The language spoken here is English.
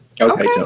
Okay